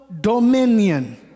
dominion